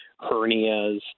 hernias